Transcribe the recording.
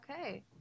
Okay